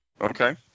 Okay